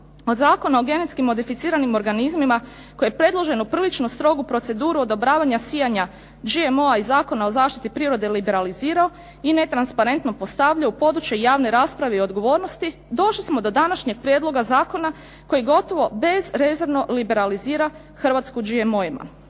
od Zakona o genetski modificiranim organizmima koji je predloženu prilično strogu proceduru odobravanja sijanja GMO-a iz Zakona o zaštiti prirode liberalizirao i netransparentno postavio u područje javne rasprave i odgovornosti došli smo do današnjeg prijedloga zakona koji gotovo bezrezervno liberalizira Hrvatsku GMO-ima.